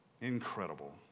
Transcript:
Incredible